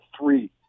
three